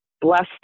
blessed